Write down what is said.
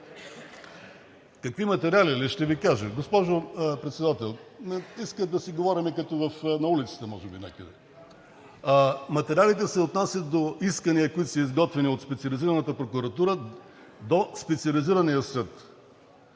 Какви материали ли? Ще Ви кажа! Госпожо Председател, искат да си говорят като на улицата може би! Материалите се отнасят до искания, които са изготвени от Специализираната прокуратура до Специализирания съд,